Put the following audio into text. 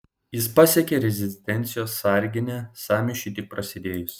jis pasiekė rezidencijos sarginę sąmyšiui tik prasidėjus